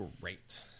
great